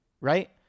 right